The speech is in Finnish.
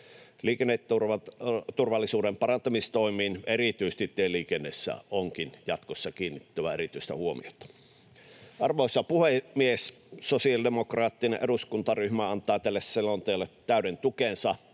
Liikenneturvallisuuden parantamistoimiin erityisesti tieliikenteessä onkin jatkossa kiinnitettävä erityistä huomiota. Arvoisa puhemies! Sosiaalidemokraattinen eduskuntaryhmä antaa tälle selonteolle täyden tukensa